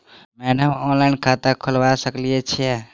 Madam online खाता खोलबा सकलिये छीयै?